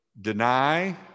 deny